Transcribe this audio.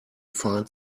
find